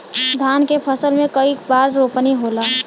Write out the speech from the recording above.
धान के फसल मे कई बार रोपनी होला?